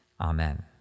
Amen